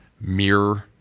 mirror